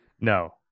No